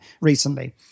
recently